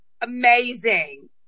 Amazing